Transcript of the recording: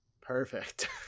Perfect